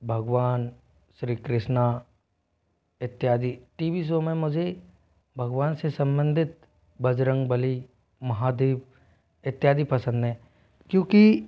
भगवान श्री कृष्णा इत्यादि T V show में मुझे भगवान से सम्बंधित बजरंगबली महादेव इत्यादि पसंद है क्योंकि